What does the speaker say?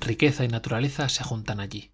riqueza y naturaleza se juntan allí